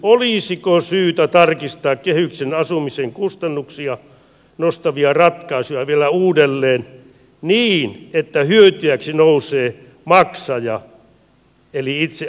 olisiko syytä tarkistaa kehyksien asumisen kustannuksia nostavia ratkaisuja vielä uudelleen niin että hyötyjäksi nousee maksaja eli itse asukas